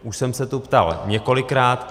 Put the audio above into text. Už jsem se tu ptal několikrát.